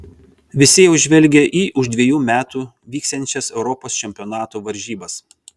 visi jau žvelgia į už dvejų metų vyksiančias europos čempionato varžybas